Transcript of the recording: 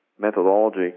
methodology